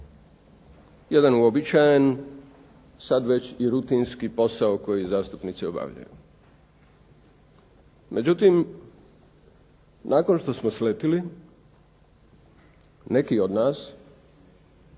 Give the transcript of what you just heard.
Jedan uobičajen, sada već i rutinski posao koji zastupnici obavljaju. Međutim, nakon što smo sletili, neki od nas,